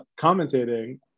commentating